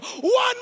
one